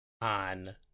on